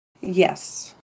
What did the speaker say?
Yes